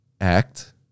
act